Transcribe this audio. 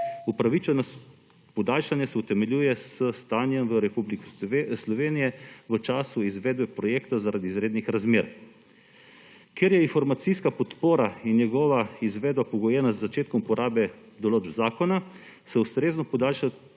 Upravičenost podaljšanja se utemeljuje s stanjem v Republiki Sloveniji v času izvedbe projekta zaradi izrednih razmer. Ker je informacijska podpora in njegova izvedba pogojena z začetkom uporabe določb zakona, se ustrezno podaljšajo